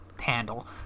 handle